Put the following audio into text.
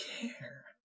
care